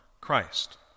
Christ